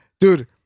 Dude